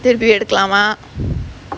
திருப்பி எடுக்கலாமா:thiruppi edukkalaamaa